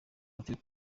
amateka